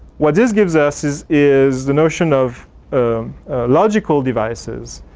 what this gives us is is the notion of logical devices